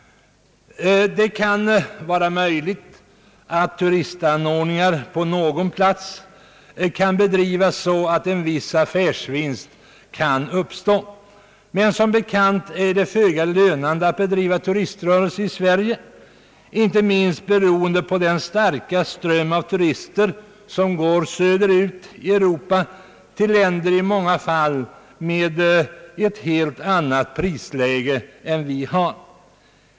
Det kan vara möjligt att turistanordningar på någon plats kan bedrivas så att en viss affärsvinst kan uppstå, men som bekant är det föga lönande att bedriva turiströrelse i Sverige, inte minst beroende på den starka ström av turister som går söderut i Europa, till länder som i många fall har ett helt annat prisläge än vi.